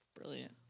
Brilliant